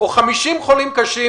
או 50 חולים קשים?